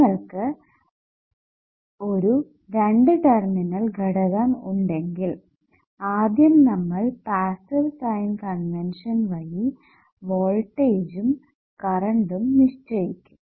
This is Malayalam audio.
നിങ്ങൾക്ക് ഒരു രണ്ട് ടെർമിനൽ ഘടകം ഉണ്ടെങ്കിൽ ആദ്യം നമ്മൾ പാസ്സീവ് സൈൻ കൺവെൻഷൻ വഴി വോൾട്ടേജ്ജും കറണ്ടും നിശ്ചയിക്കും